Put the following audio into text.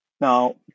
Now